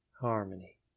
harmony